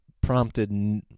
prompted